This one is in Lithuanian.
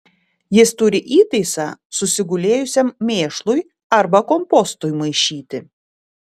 jis turi įtaisą susigulėjusiam mėšlui arba kompostui maišyti